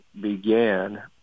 began